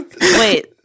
Wait